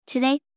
Today